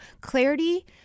clarity